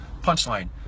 Punchline